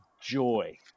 joy